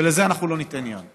ולזה אנחנו לא ניתן יד.